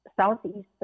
southeastern